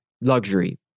luxury